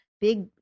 big